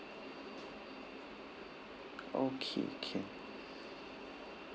okay can